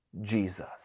Jesus